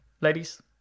Ladies